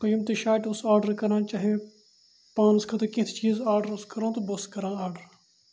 تہٕ یِم تہِ شایٹہِ اوسُس آرڈَر کَران چاہے پانَس خٲطرٕ کینٛہہ تہِ چیٖز آرڈَر اوس کَران تہٕ بہٕ اوسُس کَران آرڈَر